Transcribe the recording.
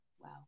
Wow